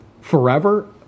forever